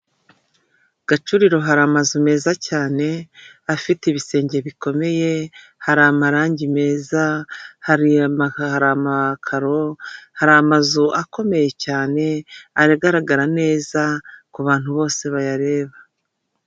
Gacuriro hari amazu meza cyane afite ibisenge bikomeye hari amarangi meza, hari amakaro, hari amazu akomeye cyane agaragara neza kubantu bose bayareba.